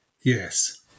Yes